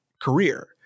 career